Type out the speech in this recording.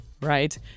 Right